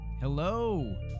Hello